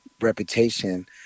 reputation